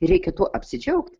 reikia tuo apsidžiaugt